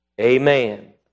amen